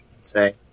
say